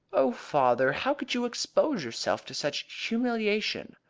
oh, father! how could you expose yourself to such humiliation?